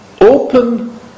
open